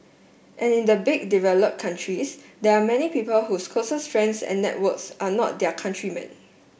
and the big developed countries there are many people whose closest friends and networks are not their countrymen